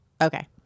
Okay